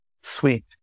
Sweet